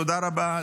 תודה רבה.